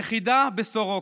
יחידה בסורוקה.